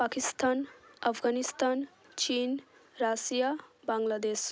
পাকিস্তান আফগানিস্তান চিন রাশিয়া বাংলাদেশ